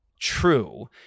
true